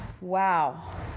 Wow